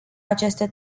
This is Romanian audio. aceste